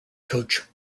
coach